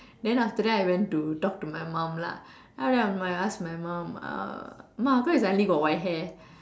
then after that I went to talk to my mom lah then after I ask my mom uh mah how come you suddenly got white hair